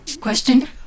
question